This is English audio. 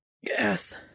Yes